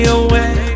away